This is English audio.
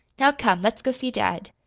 now, come, let's go see dad.